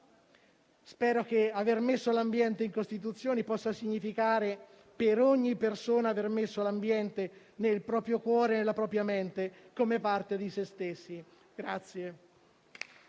Spero che aver inserito l'ambiente in Costituzione possa significare, per ogni persona, aver messo l'ambiente nel proprio cuore e nella propria mente come parte di se stessi.